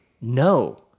No